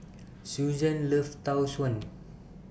Suzanne loves Tau Suan